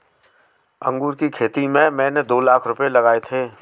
अंगूर की खेती में मैंने दो लाख रुपए लगाए थे